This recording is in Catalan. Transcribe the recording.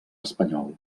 espanyol